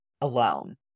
alone